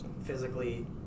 physically